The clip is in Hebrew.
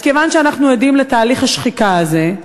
אז כיוון שאנחנו עדים לתהליך השחיקה הזה,